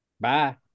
Bye